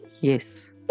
Yes